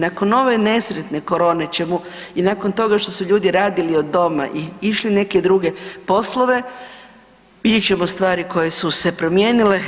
Nakon ove nesretne korone ... i nakon toga što su ljudi radili od doma i išli neke druge poslove, vidjet ćemo stvari koje su se promijenile.